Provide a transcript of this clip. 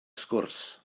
sgwrs